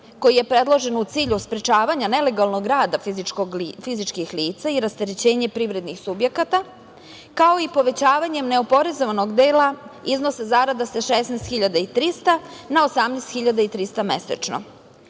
koji je predložen u cilju sprečavanja nelegalnog rada fizičkih lica i rasterećenja privrednih subjekata, kao i povećavanje neoporezovanog dela iznosa zarada sa 16.300 na 18.300 mesečno.